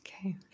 Okay